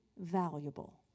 valuable